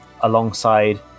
alongside